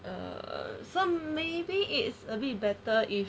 err some maybe is a bit better if